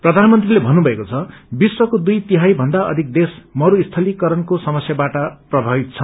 प्रधानमंत्रीले भन्नुभएको छ विश्वको दुई तिहाई भन्दा अषिक देश मस्स्थतीकरणको समस्याबट प्रभावित छन्